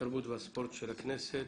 התרבות והספורט של הכנסת.